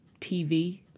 tv